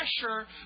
pressure